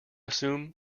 assume